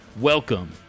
Welcome